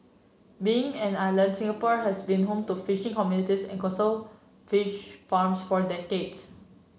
being an island Singapore has been home to fishing communities and coastal fish farms for decades